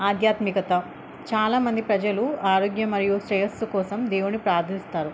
ఆధ్యాత్మికత చాలామంది ప్రజలు ఆరోగ్యం మరియు శ్రేయస్సు కోసం దేవుడిని ప్రార్థిస్తారు